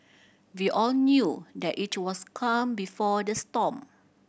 we all knew that it was calm before the storm